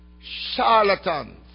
charlatans